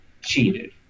cheated